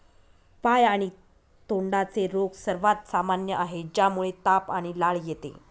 पाय आणि तोंडाचे रोग सर्वात सामान्य आहेत, ज्यामुळे ताप आणि लाळ येते